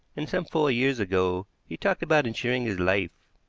and some four years ago he talked about insuring his life.